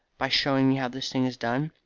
by showing me how this thing is done?